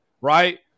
right